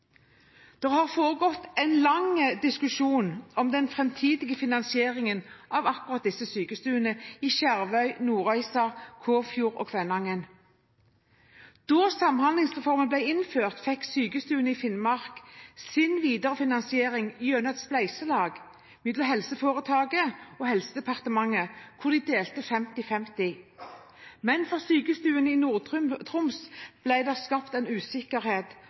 Det har foregått en lang diskusjon om den framtidige finansieringen av sykestuene i Skjervøy, Nordreisa, Kåfjord og Kvænangen. Da Samhandlingsreformen ble innført, fikk sykestuene i Finnmark sin viderefinansiering gjennom et spleiselag mellom helseforetaket og Helse- og omsorgsdepartementet, hvor de delte 50/50. Men for sykestuene i Nord-Troms ble det skapt